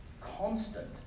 constant